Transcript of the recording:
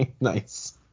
nice